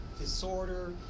disorder